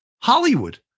Hollywood